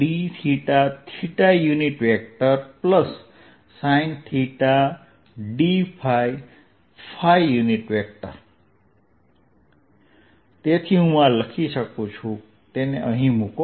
dθ θ sinθ dϕ ϕ તેથી હું આ લખી શકું છું તેને અહીં મૂકો